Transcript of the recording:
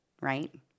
right